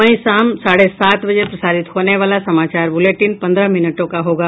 वहीं शाम साढ़े सात बजे प्रसारित होने वाला समाचार बुलेटिन पंद्रह मिनटों का होगा